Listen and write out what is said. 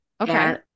Okay